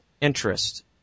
interest